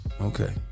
Okay